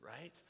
right